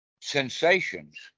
sensations